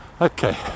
Okay